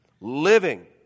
living